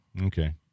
Okay